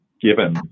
given